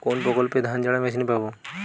কোনপ্রকল্পে ধানঝাড়া মেশিন পাব?